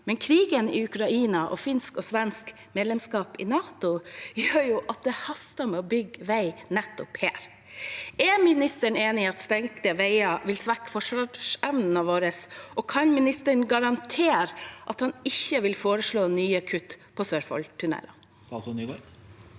men krigen i Ukraina og finsk og svensk medlemskap i NATO gjør jo at det haster med å bygge vei nettopp her. Er ministeren enig i at stengte veier vil svekke forsvarsevnen vår, og kan han garantere at han ikke vil foreslå nye kutt for Sørfoldtunnelene? Statsråd